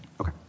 Okay